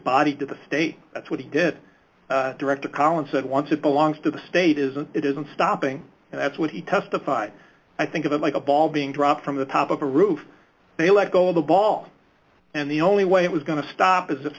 body to the state that's what he did direct a column said wanted belongs to the state isn't it isn't stopping and that's what he testified i think of it like a ball being dropped from the top of a roof they let go of the ball and the only way it was going to stop is if